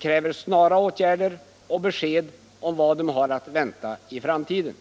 för snara åtgärder och besked om vad man har att vänta i framtiden.